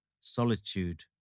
Solitude